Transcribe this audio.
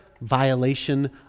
violation